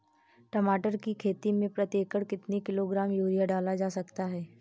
टमाटर की खेती में प्रति एकड़ कितनी किलो ग्राम यूरिया डाला जा सकता है?